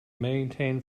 maintain